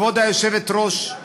כבוד היושבת-ראש,